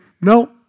no